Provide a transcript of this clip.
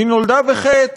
היא נולדה בחטא,